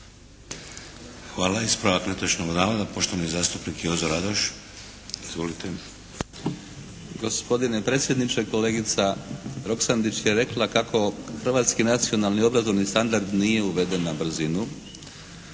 Hvala. Ispravak netočnog navoda, poštovani zastupnik Jozo Radoš. Izvolite. **Radoš, Jozo (HNS)** Gospodine predsjedniče, kolegica Roksandić je rekla kako hrvatski nacionalni obrazovni standard nije uveden na brzinu.